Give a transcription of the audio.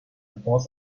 boss